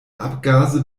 abgase